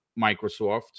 Microsoft